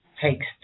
takes